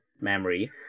memory